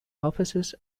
offices